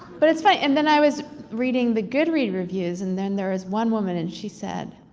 but it's fine. and then i was reading the goodread reviews and then there was one woman and she said,